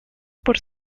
por